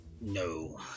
No